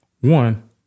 One